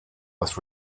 was